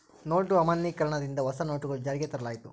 note ಅಮಾನ್ಯೀಕರಣ ದಿಂದ ಹೊಸ ನೋಟುಗಳು ಜಾರಿಗೆ ತರಲಾಯಿತು